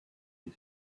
his